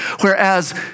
whereas